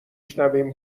شنویم